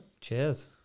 Cheers